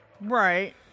Right